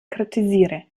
kritisiere